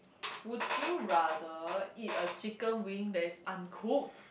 would you rather eat a chicken wing that is uncooked